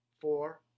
four